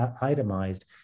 itemized